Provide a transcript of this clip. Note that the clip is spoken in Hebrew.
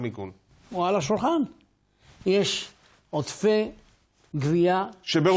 התשע"ח 2018. הינני מתכבד להביא בפני הכנסת לקריאה שנייה ולקריאה